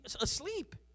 asleep